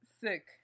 sick